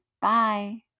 Bye